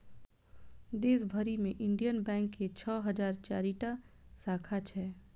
देश भरि मे इंडियन बैंक के छह हजार चारि टा शाखा छै